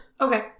Okay